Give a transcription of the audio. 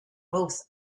both